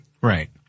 Right